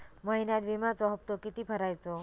महिन्यात विम्याचो हप्तो किती भरायचो?